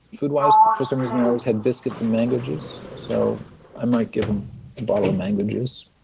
foodwise, for some reason they always had biscuits and mango juice, so i might give them a bottle of mango juice,